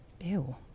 Ew